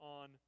on